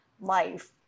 life